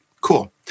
cool